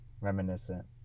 reminiscent